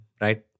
right